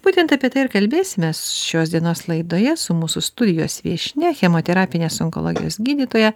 būtent apie tai ir kalbėsimės šios dienos laidoje su mūsų studijos viešnia chemoterapinės onkologijos gydytoja